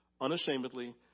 Unashamedly